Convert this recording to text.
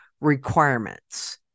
requirements